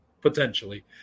potentially